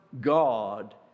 God